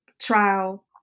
trial